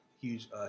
huge